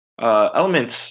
elements